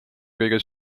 kõige